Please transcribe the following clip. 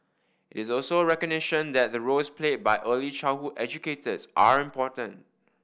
it's also a recognition that the roles played by early childhood educators are important